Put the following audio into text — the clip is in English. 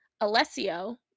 Alessio